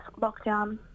lockdown